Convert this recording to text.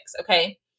Okay